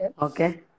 okay